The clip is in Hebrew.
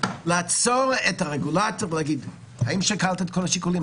לעצור את הרגולטור ולהגיד: האם שקלת את כל השיקולים?